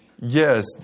yes